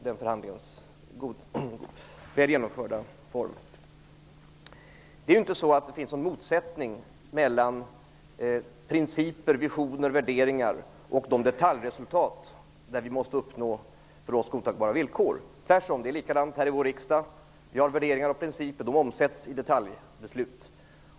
Det finns ingen motsättning mellan å ena sidan principer, visioner och värderingar och å andra sidan de detaljresultat där vi måste uppnå för oss godtagbara villkor. Det är likadant här i vår riksdag. Vi har värderingar och principer, som sedan omsätts i detaljbeslut.